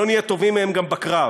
לא נהיה טובים מהם גם בקרב.